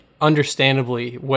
understandably